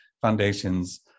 foundations